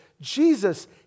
Jesus